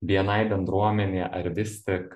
bni bendruomenėje ar vis tik